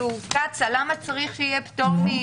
קצ"א, למה צריך שיהיה פטור?